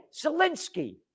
Zelensky